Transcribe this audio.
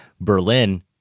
Berlin